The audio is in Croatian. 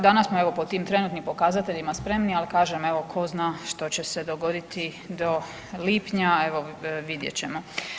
Danas smo evo, po tim trenutnim pokazateljima spremni, ali kažem, evo, tko zna što će se dogoditi do lipnja, evo, vidjet ćemo.